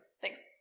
Thanks